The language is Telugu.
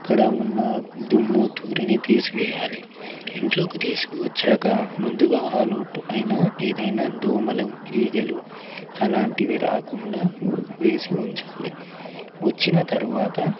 అక్కడ ఉన్న దుమ్ము దూళిని తీసివేయాలి ఇంట్లోకి తీసుకువచ్చాక ముందుగా అల్ ఔట్ అయినా ఏదైనా దోమలు ఈగలు అలాంటివి రాకుండా వేసి ఉంచాలి వచ్చిన తరువాత